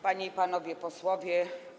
Panie i Panowie Posłowie!